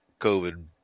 covid